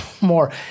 more